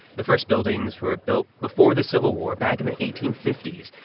the first buildings were built before the civil war, back in the eighteen fifty s.